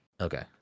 Okay